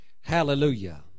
Hallelujah